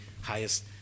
highest